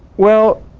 well,